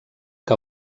que